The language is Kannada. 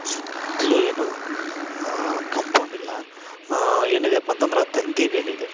ಸುತ್ತಲು ಏನೂ ಕಂಪೌಂಡ್ ಇಲ್ಲ ಏನು ಇದೆಯಪ್ಪ ಅಂತಂದ್ರೆ ತಂತಿ ಬೇಲಿ ಇದೆ